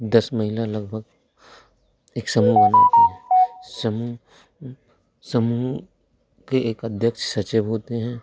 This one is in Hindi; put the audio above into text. दस महिला लगभग एक समूह बनाती हैं समूह समूह के एक अध्यक्ष सचिव होते हैं